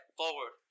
forward